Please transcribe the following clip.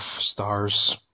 stars